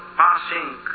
passing